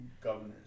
governors